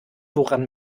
woran